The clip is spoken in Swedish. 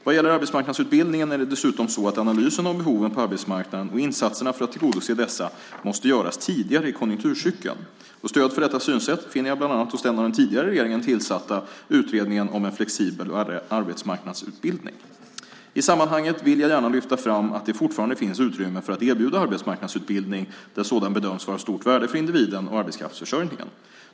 Vad gäller arbetsmarknadsutbildningen är det dessutom så att analysen av behoven på arbetsmarknaden och insatserna för att tillgodose dessa, måste göras tidigare i konjunkturcykeln. Stöd för detta synsätt finner jag bland annat hos den av den tidigare regeringen tillsatta utredningen om en flexiblare arbetsmarknadsutbildning . I sammanhanget vill jag gärna lyfta fram att det fortfarande finns utrymme för att erbjuda arbetsmarknadsutbildning där sådan bedöms vara av stort värde för individen och arbetskraftsförsörjningen.